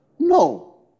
No